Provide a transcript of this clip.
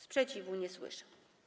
Sprzeciwu nie słyszę.